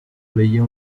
leia